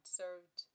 served